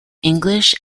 english